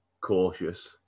cautious